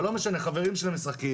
אבל לא משנה חברים שלי משחקים.